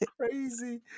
crazy